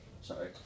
Sorry